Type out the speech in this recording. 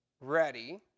ready